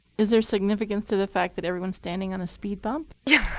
is there significance to the fact that everyone's standing on a speed bump? yeah